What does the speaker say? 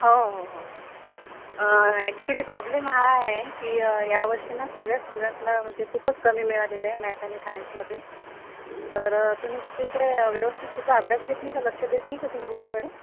हो हो हो ॲक्च्युली प्रॉब्लेम हा आहे की या वर्षी ना सगळ्याच स्टुडंटना म्हणजे खूपच कमी मिळालेले आहे मॅथ आणि सायन्समध्ये तर तुम्ही तिच्याकडे व्यवस्थित तिचा अभ्यास घेत नाही का लक्ष देत नाही का तुम्ही तिच्याकडे